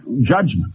judgment